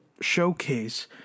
showcase